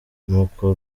nuko